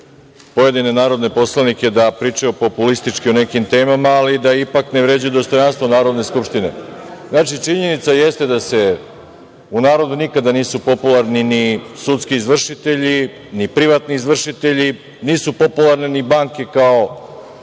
pojedine narodne poslanike da pričaju populistički o nekim temama, ali da ipak ne vređaju dostojanstvo Narodne skupštine. Znači, činjenica jeste da u narodu nikada nisu popularni ni sudski izvršitelji, ni privatni izvršitelji. Nisu popularne ni banke kao